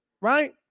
Right